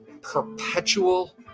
perpetual